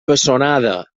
pessonada